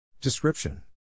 Description